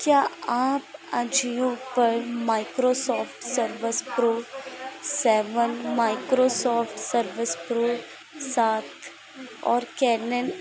क्या आप अजियो पर Microsoft server pro seven Microsoft service pro sharp और कैनन